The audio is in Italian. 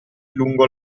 lungo